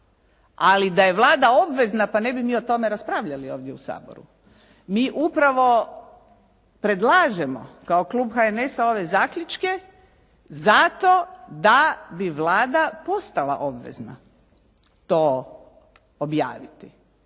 ali da je Vlada obvezna pa ne bi o tome raspravljali ovdje u Saboru. Mi upravo predlažemo kao klub HNS-a ove zaključke zato da bi Vlada postala obvezna to objaviti,